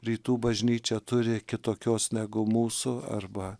rytų bažnyčia turi kitokios negu mūsų arba